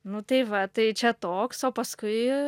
nu tai va tai čia toks o paskui